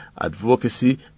advocacy